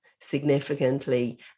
significantly